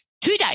today